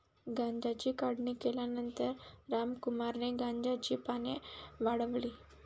गांजाची काढणी केल्यानंतर रामकुमारने गांजाची पाने वाळवली